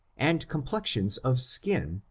and complexions of skin,